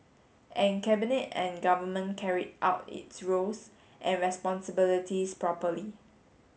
and Cabinet and Government carried out its roles and responsibilities properly